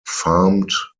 farmed